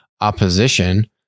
opposition